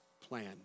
plan